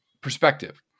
perspective